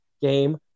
game